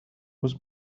was